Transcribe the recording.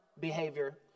behavior